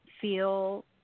feel